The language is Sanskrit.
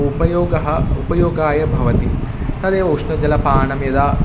उपयोगः उपयोगाय भवति तदेव उष्णजलपानं यदा